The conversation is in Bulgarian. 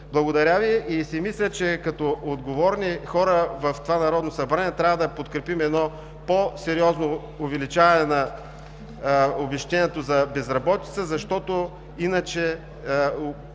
Европа? Мисля си, че като отговорни хора в това Народно събрание, трябва да подкрепим едно по-сериозно увеличаване на обезщетението за безработица, защото иначе